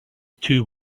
two